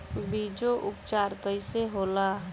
बीजो उपचार कईसे होला?